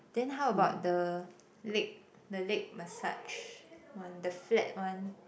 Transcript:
then how about the leg the leg massage one the flat one